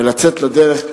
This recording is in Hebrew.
ולצאת לדרך,